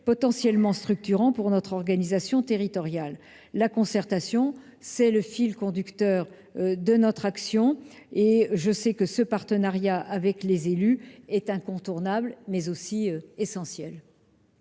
potentiellement structurants pour notre organisation territoriale. La concertation est le fil conducteur de notre action, et ce partenariat avec les élus est incontournable, essentiel.